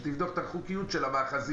שתבדוק את החוקיות של המאחזים.